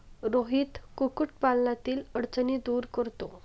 रोहित कुक्कुटपालनातील अडचणी दूर करतो